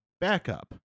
backup